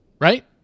right